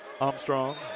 Armstrong